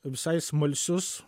visai smalsius